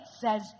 says